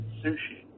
sushi